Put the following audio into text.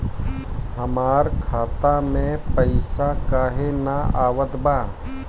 हमरा खाता में पइसा काहे ना आवत बा?